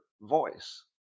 voice